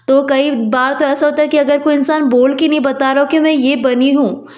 तो कई बार तो ऐसा होता है कि अगर कोई इंसान बोल के नई बता रहा हो कि हमें ये बनी हूँ